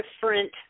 different